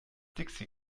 dixi